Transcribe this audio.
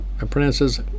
apprentices